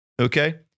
Okay